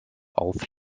auf